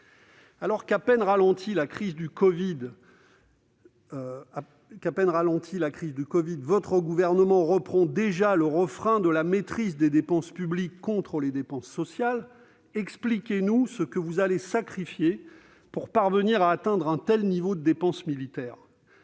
Alors qu'à peine la crise du covid ralentie votre gouvernement reprend le refrain de la « maîtrise des dépenses publiques » contre les dépenses sociales, expliquez-nous ce que vous allez sacrifier pour atteindre un tel niveau de dépenses militaires